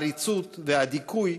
העריצות והדיכוי